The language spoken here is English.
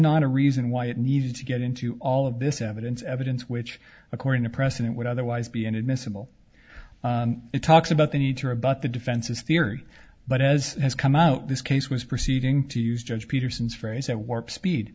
not a reason why it needed to get into all of this evidence evidence which according to precedent would otherwise be inadmissible it talks about the need to rebut the defense's theory but as has come out this case was proceeding to use judge peterson's phrase at warp speed